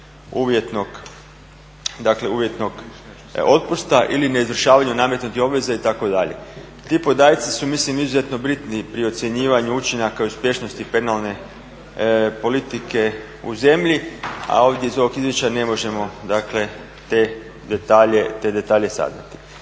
uvjetnog otpusta ili neizvršavanju nametnutih obveza itd. Ti podaci su mislim izuzetno bitni pri ocjenjivanju učinaka uspješnosti penalne politike u zemlji, a ovdje iz ovog izvješća ne možemo, dakle te detalje saznati.